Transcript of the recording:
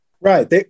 Right